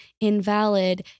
invalid